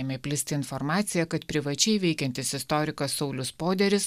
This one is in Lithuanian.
ėmė plist informacija kad privačiai veikiantis istorikas saulius poderis